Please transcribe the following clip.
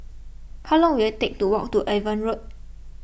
how long will it take to walk to Avon Road